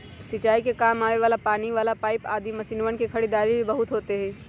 सिंचाई के काम आवे वाला पानी वाला पाईप आदि मशीनवन के खरीदारी भी बहुत होते हई